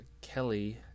Kelly